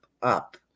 Up